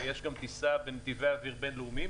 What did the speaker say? ויש גם טיסה בנתיבי אוויר בין-לאומיים,